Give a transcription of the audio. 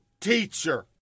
teacher